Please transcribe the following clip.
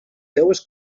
seues